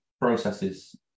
processes